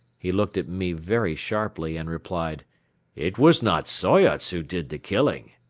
he looked at me very sharply and replied it was not soyots who did the killing.